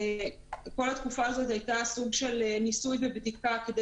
כל התקופה הזאת הייתה סוג של ניסוי ובדיקה כדי